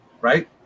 Right